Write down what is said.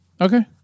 Okay